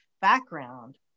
background